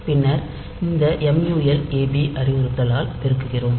பின்னர் இந்த mul ab அறிவுறுத்தலால் பெருக்குகிறோம்